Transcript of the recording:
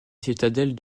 citadelle